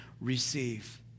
receive